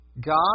God